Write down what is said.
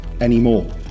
anymore